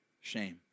shame